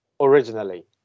Originally